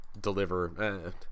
deliver